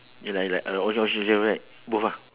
ya lah it like uh orange orange and yellow right both ah